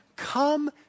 Come